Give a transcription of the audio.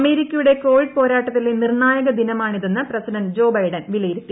അമേരിക്കയുടെ കോവിഡ് പോരാട്ടത്തിലെ നിർണായക ദിനമാണിതെന്ന് പ്രസിഡന്റ് ജോ ബൈഡൻ വിലയിരുത്തി